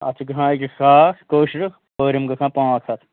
اَتھ چھِ گژھان أکِس ساس کٲشرِس پٲرِم گژھان پانٛژھ ہَتھ